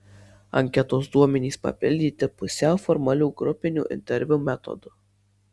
anketos duomenys papildyti pusiau formalių grupinių interviu metodu